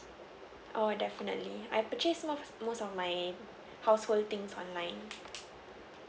oo definitely I purchased most most of my household things online